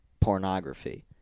pornography